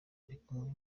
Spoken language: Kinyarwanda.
arikumwe